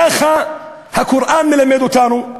ככה הקוראן מלמד אותנו.